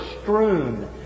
strewn